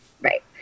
Right